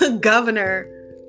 governor